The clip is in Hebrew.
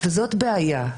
זאת בעיה.